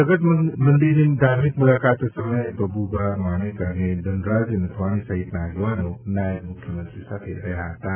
જગત મંદિરની ધાર્મિક મુલાકાત સમયે પબુ ભા માણેક અને ધનરાજ નથવાણી સહિતના આગેવાનો નાયબ મુખ્યમંત્રી સાથે રહ્યાં હતાં